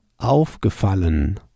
aufgefallen